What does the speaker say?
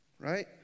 Right